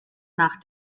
nach